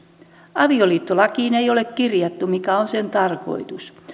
avioliittolakiin ei ole kirjattu mikä on sen tarkoitus